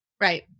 Right